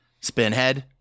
Spinhead